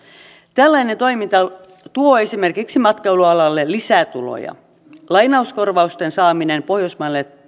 tällainen toiminta tuo esimerkiksi matkailualalle lisää tuloja lainauskorvausten saaminen pohjoismaiselle